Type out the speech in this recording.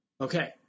Okay